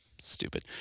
Stupid